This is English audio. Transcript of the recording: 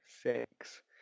six